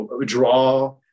draw